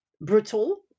brutal